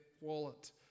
wallet